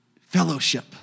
fellowship